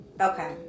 Okay